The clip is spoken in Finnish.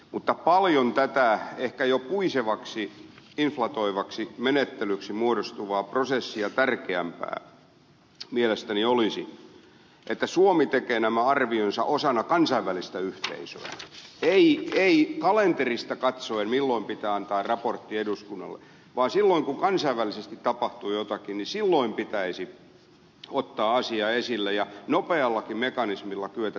mutta paljon tätä ehkä jo puisevaksi inflatoivaksi menettelyksi muodostuvaa prosessia tärkeämpää mielestäni olisi että suomi tekee nämä arvionsa osana kansainvälistä yhteisöä ei kalenterista katsoen milloin pitää antaa raportti eduskunnalle vaan silloin kun kansainvälisesti tapahtuu jotakin silloin pitäisi ottaa asia esille ja nopeallakin mekanismilla kyetä tässä suhteessa reagoimaan